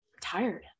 tired